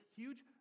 huge